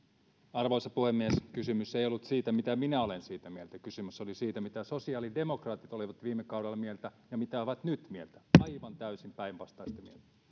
arvoisa puhemies kysymys ei ollut siitä mitä minä olen siitä mieltä kysymys oli siitä mitä sosiaalidemokraatit olivat viime kaudella mieltä ja mitä ovat nyt mieltä aivan täysin päinvastaista mieltä